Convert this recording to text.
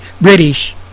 British